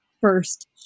first